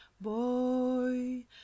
boy